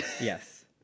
yes